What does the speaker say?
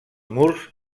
murs